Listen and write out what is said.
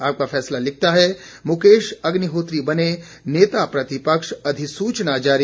आपका फैसला लिखता है मुकेश अग्निहोत्री बने नेता प्रतिपक्ष अधिसूचना जारी